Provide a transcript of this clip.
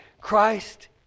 Christ